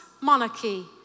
monarchy